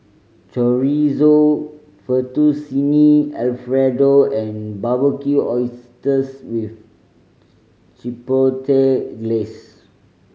Chorizo Fettuccine Alfredo and Barbecued Oysters with Chipotle Glaze